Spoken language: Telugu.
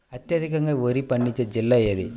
అత్యధికంగా వరి పండించే జిల్లా ఏది?